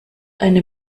eine